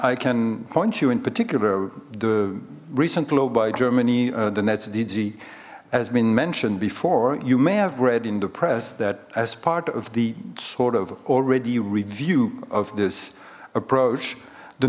i can point you in particular the recent global germany the nets dg has been mentioned before you may have read in the press that as part of the sort of already review of this approach the